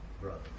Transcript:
brother